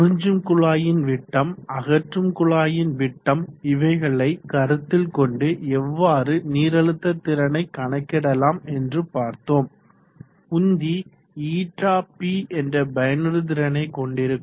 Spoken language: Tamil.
உறிஞ்சும் குழாயின் விட்டம் அகற்றும் குழாயின் விட்டம் இவைகளை கருத்தில் கொண்டு எவ்வாறு நீரழுத்த திறனை கணக்கிடலாம் என்று பார்த்தோம் உந்தி np என்ற பயனுறுதிறனை கொண்டிருக்கும்